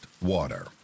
water